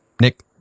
Nick